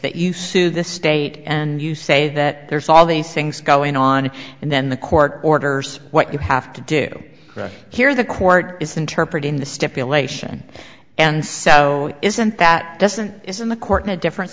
that you sue the state and you say that there's all these things going on and then the court orders what you have to do here the court is interpret in the stipulation and so isn't that doesn't isn't the court in a different